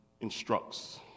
instructs